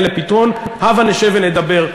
רוצים להגיע לפתרון, הבה נשב ונדבר.